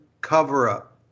Cover-Up